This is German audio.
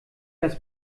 das